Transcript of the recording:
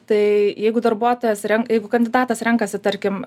tai jeigu darbuotojas ren jeigu kandidatas renkasi tarkim